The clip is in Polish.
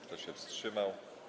Kto się wstrzymał?